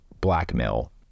blackmail